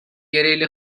گریل